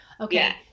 okay